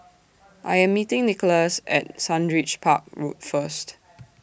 I Am meeting Nikolas At Sundridge Park Road First